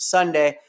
Sunday